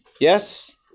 Yes